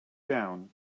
down